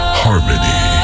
harmony